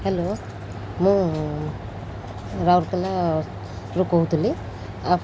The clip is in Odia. ହ୍ୟାଲୋ ମୁଁ ରାଉରକେଲାରୁ କହୁଥିଲି